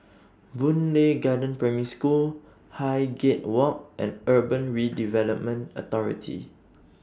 Boon Lay Garden Primary School Highgate Walk and Urban Redevelopment Authority